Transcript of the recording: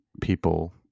people